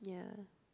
yeah